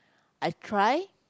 I try